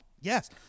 yes